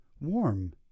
warm